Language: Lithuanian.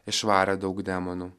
išvarė daug demonų